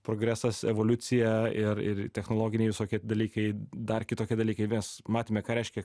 progresas evoliucija ir ir technologiniai visokie dalykai dar kitokie dalykai mes matėme ką reiškia